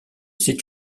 c’est